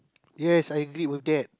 yes I agreed will get